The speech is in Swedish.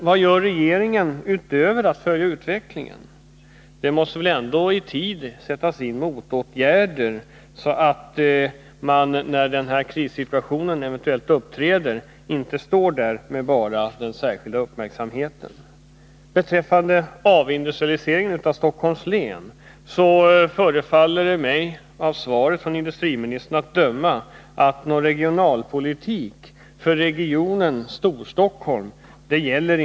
Vad gör regeringen utöver att följa utvecklingen? Det måste väl ändå i tid sättas in motåtgärder, så att man i en eventuell krissituation inte står där med bara den särskilda uppmärksamheten. Beträffande avindustrialiseringen av Stockholms län förefaller det av industriministerns svar att döma som om det inte finns någon regionalpolitik för regionen Storstockholm.